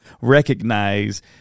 recognize